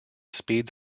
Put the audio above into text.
speeds